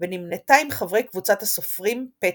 ונמנתה עם חברי קבוצת הסופרים "פתח".